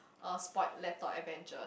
uh spoilt laptop adventures